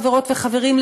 חברות וחברים,